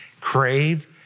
crave